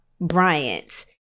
Bryant